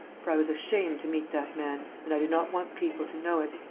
for i was ashamed to meet that man and i did not want people to know it.